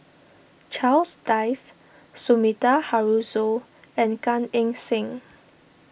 Charles Dyce Sumida Haruzo and Gan Eng Seng